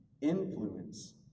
influence